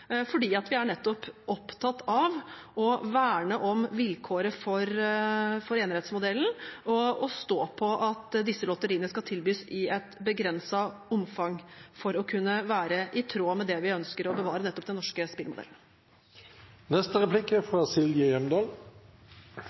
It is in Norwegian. fordi vi nettopp er opptatt av å verne om vilkåret for enerettsmodellen. Vi står på at disse lotteriene skal tilbys i et begrenset omfang for å kunne være i tråd med det vi ønsker å bevare, nettopp den norske